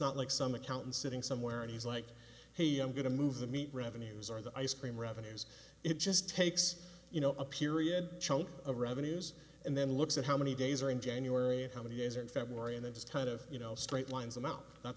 not like some accountant sitting somewhere and he's like hey i'm going to move the meat revenues or the ice cream revenues it just takes you know a period chunk of revenues and then looks at how many days are in january and how many years are in february and then just kind of you know straight lines